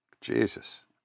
Jesus